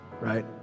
right